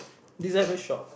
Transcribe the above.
designer shop